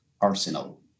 arsenal